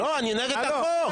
לא, אני נגד החוק.